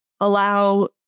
allow